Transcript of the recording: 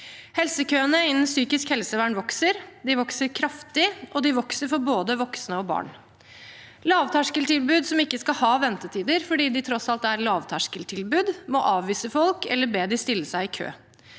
Helsekøene innen psykisk helsevern vokser, de vokser kraftig, og de vokser for både voksne og barn. Lavterskeltilbud, som ikke skal ha ventetider fordi de tross alt er lavterskeltilbud, må avvise folk eller be dem stille seg i kø.